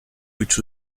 which